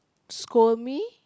scold me